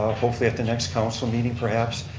hopefully at the next council meeting perhaps,